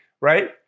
Right